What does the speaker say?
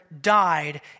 died